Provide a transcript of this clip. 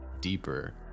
Deeper